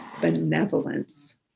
benevolence